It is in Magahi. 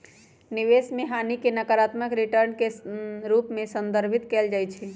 निवेश में हानि के नकारात्मक रिटर्न के रूप में संदर्भित कएल जाइ छइ